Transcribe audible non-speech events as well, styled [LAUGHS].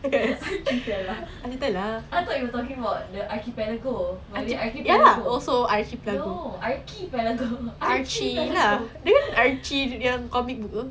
[LAUGHS] archutella I thought you were talking about the archipelago the archipelago no archipelago [LAUGHS]